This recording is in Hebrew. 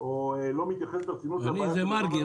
או לא מתייחס ברצינות לבעיה --- אני מרגי.